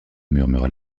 murmura